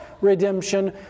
redemption